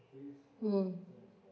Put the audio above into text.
um